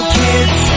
kids